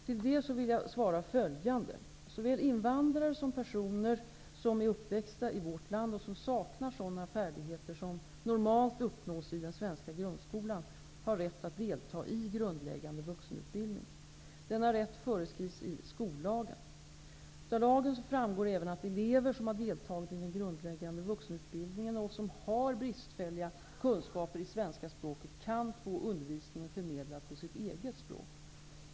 Till detta vill jag svara följande: Såväl invandrare som personer som är uppväxta i vårt land, och som saknar sådana färdigheter som normalt uppnås i den svenska grundskolan, har rätt att delta i grundläggande vuxenutbildning. Denna rätt föreskrivs i skollagen. Av lagen framgår även att elever som deltar i den grundläggande vuxenutbildningen och som har bristfälliga kunskaper i svenska språket kan få undervisningen förmedlad på sitt eget språk.